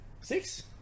Six